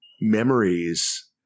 memories